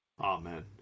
amen